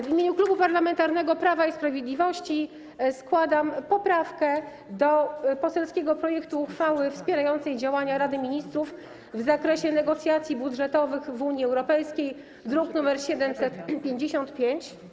W imieniu Klubu Parlamentarnego Prawa i Sprawiedliwości składam poprawkę do poselskiego projektu uchwały wspierającej działania Rady Ministrów w zakresie negocjacji budżetowych w Unii Europejskiej, druk nr 755.